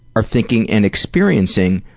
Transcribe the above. are thinking and experiencing